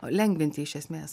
lengvinti iš esmės